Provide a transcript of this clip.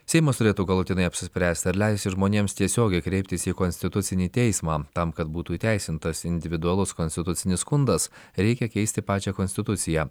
seimas turėtų galutinai apsispręsti ar leisi žmonėms tiesiogiai kreiptis į konstitucinį teismą tam kad būtų įteisintas individualus konstitucinis skundas reikia keisti pačią konstituciją